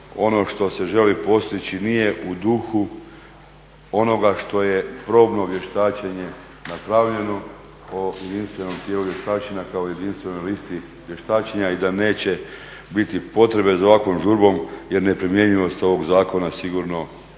ono što se želi postići nije u duhu onoga što je probno vještačenje napravljeno o jedinstvenom tijelu vještačenja kao jedinstvenoj listi vještačenja i da neće biti potrebe za ovakvom žurbom jer neprimjenjivost ovog zakona sigurno je